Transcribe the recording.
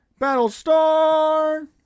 Battlestar